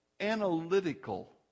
analytical